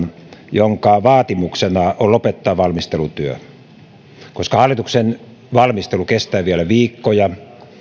jonka vaatimuksena on lopettaa valmistelutyö koska hallituksen valmistelu kestää vielä viikkoja